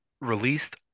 released